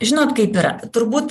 žinot kaip yra turbūt